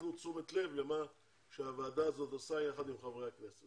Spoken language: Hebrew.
ייתנו תשומת לב למה שהוועדה הזאת עושה יחד עם חברי הכנסת,